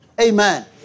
Amen